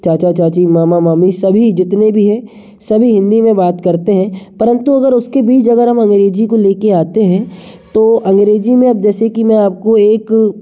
चाचा चाची मामा मामी सभी जितने भी हैं सभी हिंदी में बात करते हैं परंतु अगर उसके बीच अगर हम अंग्रेजी को लेके आते हैं तो अंग्रेजी में अब जैसे कि मैं आपको एक